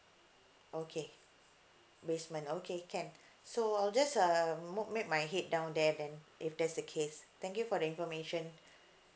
okay basement okay can so I'll just uh mode make my head down there then if that's the case thank you for the information